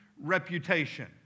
reputation